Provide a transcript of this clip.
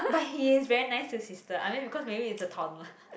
but he is very nice to his sister I mean because maybe he's a toddler